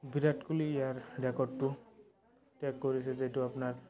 বিৰাট কোহলি ইয়াৰ ৰেকৰ্ডটো কৰিছে যিটো আপোনাৰ